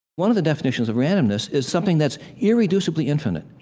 one of the definitions of randomness is something that's irreducibly infinite.